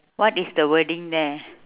what is the wording there